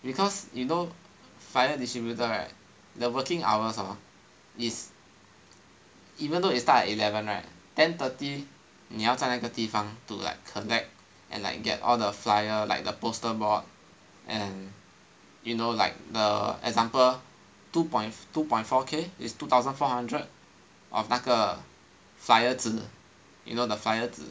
because you know flyer distributor right the working hours hor is even though is start at eleven right ten thirty 你要在那个地方 to collect and like get all the flyer like poster board and you know like the example two point two point four K is two thousand four hundred of 那个 flyer 纸 you know the flyer 纸